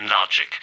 logic